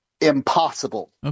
impossible